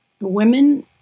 women